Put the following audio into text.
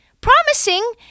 promising